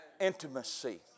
intimacy